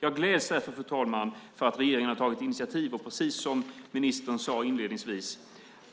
Jag gläds därför över att regeringen har tagit initiativ.